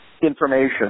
information